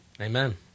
Amen